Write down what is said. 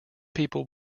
people